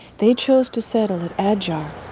they chose to settle in adyar,